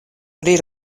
pri